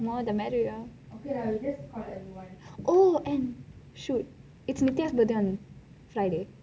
more the merrier oh and shoot it's nithya's birthday on friday